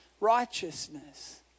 righteousness